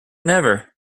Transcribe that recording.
never